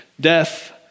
death